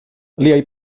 liaj